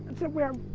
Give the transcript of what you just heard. to where